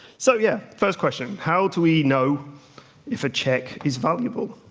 so, yeah, first question how do we know if a check is valuable?